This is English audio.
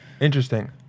Interesting